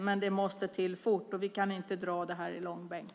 Men detta måste till fort, och vi kan inte dra detta i långbänk.